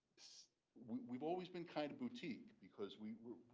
we've always been kind of boutique because we,